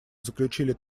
заключили